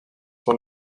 son